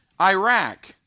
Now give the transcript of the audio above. Iraq